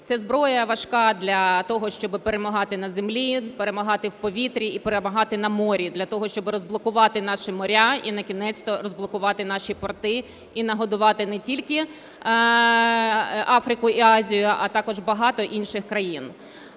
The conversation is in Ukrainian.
Це зброя важка для того, щоби перемагати на землі, перемагати в повітрі і перемагати на морі. Для того, щоби розблокувати наші моря і на кінець-то розблокувати наші порти і нагодувати не тільки Африку і Азію, а також багато інших країн.